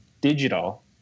digital